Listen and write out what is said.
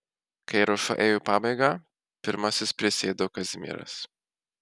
kai ruoša ėjo į pabaigą pirmasis prisėdo kazimieras